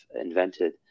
invented